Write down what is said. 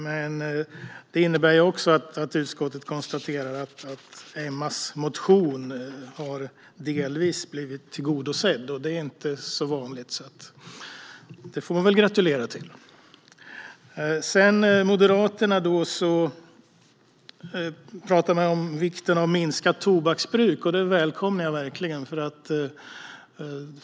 Detta innebär också att utskottet konstaterar att Emmas motion delvis har tillgodosetts, och det är inte så vanligt. Det får man väl gratulera till! Från Moderaternas sida talar man om vikten av minskat tobaksbruk, och det välkomnar jag verkligen.